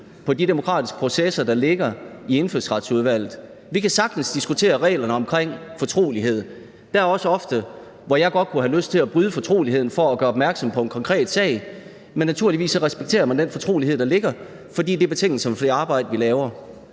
på de demokratiske processer, der ligger i Indfødsretsudvalget. Vi kan sagtens diskutere reglerne om fortrolighed. Jeg kunne ofte også godt have lyst til at bryde fortroligheden for at gøre opmærksom på en konkret sag, men naturligvis respekterer man den fortrolighed, der er, fordi det er betingelsen for det arbejde, vi laver.